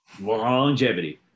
Longevity